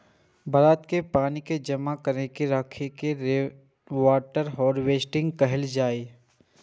बरसात के पानि कें जमा कैर के राखै के रेनवाटर हार्वेस्टिंग कहल जाइ छै